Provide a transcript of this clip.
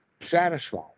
satisfied